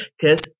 Cause